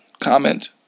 comment